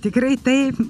tikrai taip